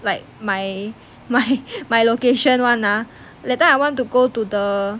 like my my my location [one] ah that time I want to go to the